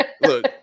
Look